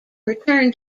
return